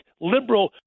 liberal